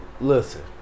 listen